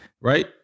Right